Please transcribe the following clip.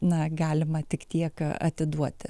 na galima tik tiek atiduoti